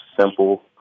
simple